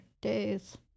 days